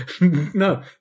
No